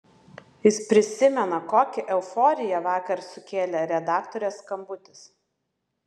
jis prisimena kokią euforiją vakar sukėlė redaktorės skambutis